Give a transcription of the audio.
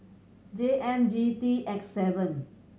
J M G T X seven